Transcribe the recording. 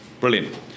Brilliant